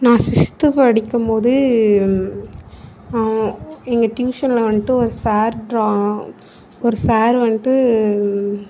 நான் சிஸ்த்து படிக்கும்போது எங்கள் டியூஷனில் வந்துட்டு ஒரு சார் ஒரு சார் வந்துட்டு